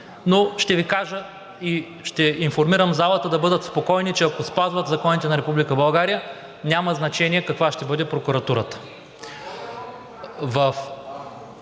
но ще Ви кажа и ще информирам залата да бъдат спокойни, че ако спазват законите на Република България, няма значение каква ще бъде прокуратурата.